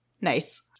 Nice